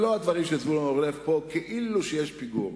ולא הדברים של חבר הכנסת זבולון אורלב פה כאילו שיש פיגור.